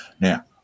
Now